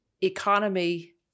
economy